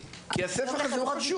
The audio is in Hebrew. הספח הזה הוא חשוב.